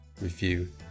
review